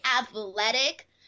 athletic